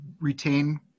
retain